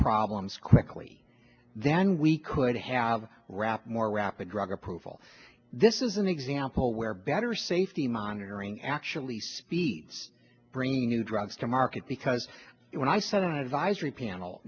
problems quickly then we could have wrapped more rapid drug approval this is an example where better safety monitoring actually speeds bringing new drugs to market because when i said an advisory panel